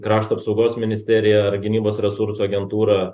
krašto apsaugos ministerija ar gynybos resursų agentūra